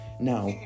Now